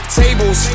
tables